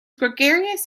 gregarious